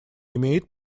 имеет